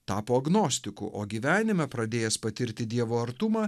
tapo agnostiku o gyvenime pradėjęs patirti dievo artumą